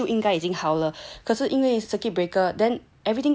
like it because it was supposed to be completed in um 六月 mah 还是七月其实就应该已经好了可是因为